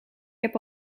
heb